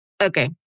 okay